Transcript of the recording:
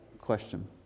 question